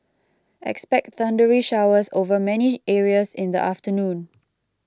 expect thundery showers over many areas in the afternoon